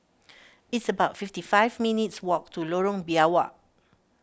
it's about fifty five minutes' walk to Lorong Biawak